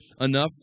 enough